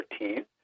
13